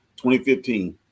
2015